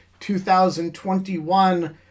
2021